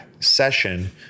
session